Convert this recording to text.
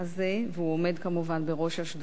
והוא עומד כמובן בראש השדולה,